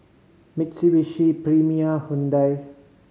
Mitsubishi Premier Hyundai